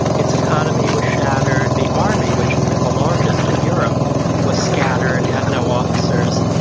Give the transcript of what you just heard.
its economy was shattered. the army, which had been the largest in europe was scattered, had no officers.